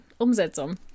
umsetzung